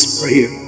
prayer